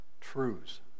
truths